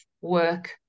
work